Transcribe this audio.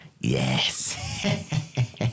Yes